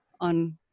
On